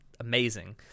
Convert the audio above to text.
amazing